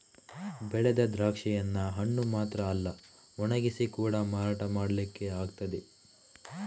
ಬೆಳೆದ ದ್ರಾಕ್ಷಿಯನ್ನ ಹಣ್ಣು ಮಾತ್ರ ಅಲ್ಲ ಒಣಗಿಸಿ ಕೂಡಾ ಮಾರಾಟ ಮಾಡ್ಲಿಕ್ಕೆ ಆಗ್ತದೆ